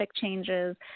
changes